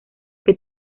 que